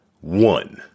one